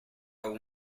aun